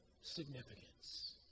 significance